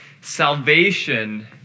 salvation